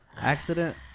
accident